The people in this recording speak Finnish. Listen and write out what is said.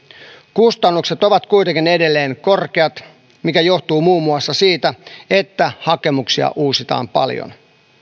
kustannukset ovat kuitenkin edelleen korkeat mikä johtuu muun muassa siitä että hakemuksia uusitaan paljon